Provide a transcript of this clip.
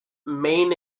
main